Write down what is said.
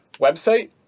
website